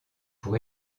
pour